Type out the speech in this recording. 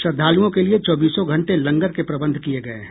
श्रद्धालुओं के लिए चौबीसों घंटे लंगर के प्रबंध किये गये हैं